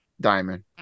diamond